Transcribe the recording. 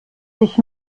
sich